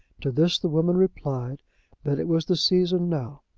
to this the woman replied that it was the season now.